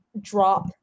drop